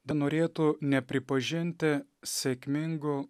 benorėtų nepripažinti sėkmingu